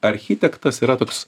architektas yra toks